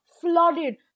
flooded